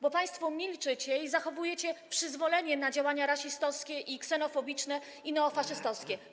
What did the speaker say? Bo państwo milczycie i dajecie przyzwolenie na działania rasistowskie, ksenofobiczne i neofaszystowskie.